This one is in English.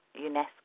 UNESCO